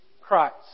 Christ